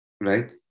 right